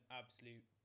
absolute